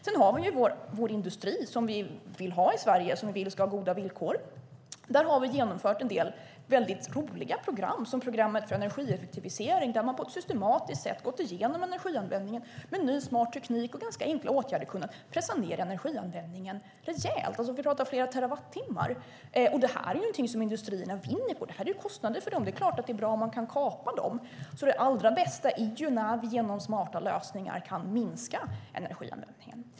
Sedan har vi vår industri som vi vill ha i Sverige med goda villkor. Där har vi genomfört en del roliga program, till exempel Programmet för energieffektivisering, där man på ett systematiskt sätt gått igenom energianvändningen med ny smart teknik och med hjälp av enkla åtgärder pressat ned energianvändningen rejält. Vi pratar flera terawattimmar. Det här är något som industrierna vinner på. Det är kostnader för dem. Det är klart att det är bra om kostnaderna kan kapas. Det allra bästa är när vi med hjälp av smarta lösningar kan minska energianvändningen.